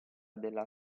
della